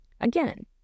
Again